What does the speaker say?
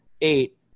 eight